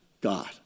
God